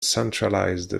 centralised